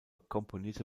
komponierte